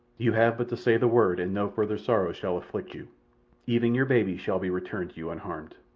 you have but to say the word and no further sorrows shall afflict you even your baby shall be returned to you unharmed.